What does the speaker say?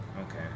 Okay